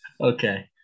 Okay